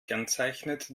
kennzeichnet